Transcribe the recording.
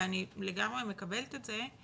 ואני לגמרי מקבלת את זה,